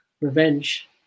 revenge